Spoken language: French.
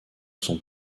son